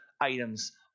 items